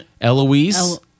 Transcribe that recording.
Eloise